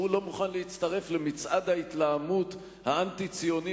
שהוא לא מוכן להצטרף למצעד ההתלהמות האנטי-ציוני